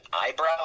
eyebrow